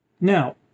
Now